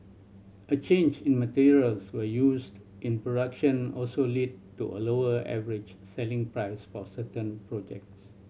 a change in materials were used in production also led to a lower average selling price for certain projects